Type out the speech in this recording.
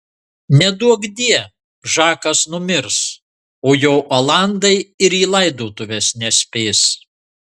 neduokdie žakas numirs o jo olandai ir į laidotuves nespės